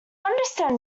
understand